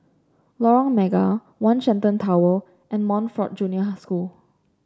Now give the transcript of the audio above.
Lorong Mega One Shenton Tower and Montfort Junior School